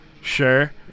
Sure